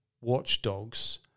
watchdogs